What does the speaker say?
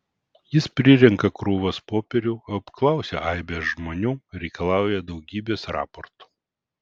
jis prirenka krūvas popierių apklausia aibes žmonių reikalauja daugybės raportų